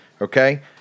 okay